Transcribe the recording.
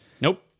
Nope